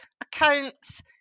accounts